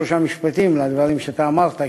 שלושה משפטים על הדברים שאתה אמרת,